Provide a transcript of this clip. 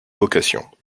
vocation